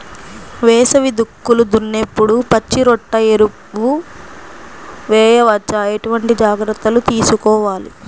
వేసవి దుక్కులు దున్నేప్పుడు పచ్చిరొట్ట ఎరువు వేయవచ్చా? ఎటువంటి జాగ్రత్తలు తీసుకోవాలి?